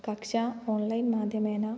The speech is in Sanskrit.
कक्ष्या ओण्लैन् माध्यमेन